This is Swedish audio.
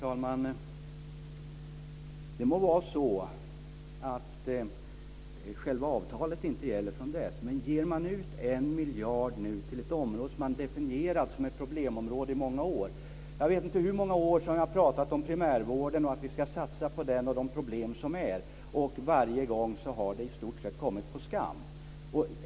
Herr talman! Det må vara så att själva avtalet inte gäller från den 1 januari i år. Men man ger ju nu ut en miljard till ett område som man har definierat som ett problemområde i många år. Jag vet inte hur många år vi har talat om primärvården, att vi ska satsa på den och komma till rätta med problemen där, och varje gång har det i stort sett kommit på skam.